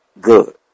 good